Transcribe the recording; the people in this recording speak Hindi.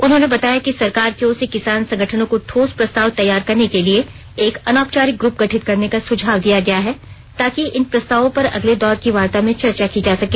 उन्होंने बताया कि सरकार की ओर से किसान संगठनों को ठोस प्रस्ताव तैयार करने के लिए एक अनौपचारिक ग्रप गठित करने का सुझाव दिया गया है ताकि इन प्रस्तावों पर अगले दौर की वार्ता में चर्चा की जा सके